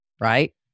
right